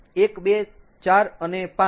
1 2 4અને 5